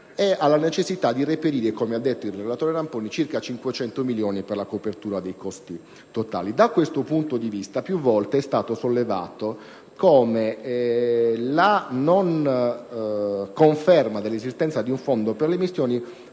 ed alla necessità di reperire, come ha detto il relatore Ramponi, circa 500 milioni per la copertura dei costi totali. Da questo punto di vista, è stato più volte sollevato come la non conferma dell'esistenza di un fondo per le missioni